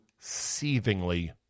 seethingly